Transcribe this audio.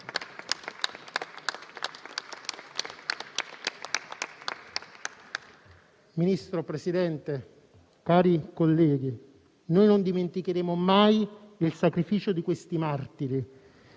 Ministro, Presidente, cari colleghi, noi non dimenticheremo mai il sacrificio di questi martiri.